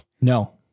No